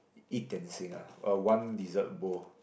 一点心 ah uh one dessert bowl